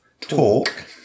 Talk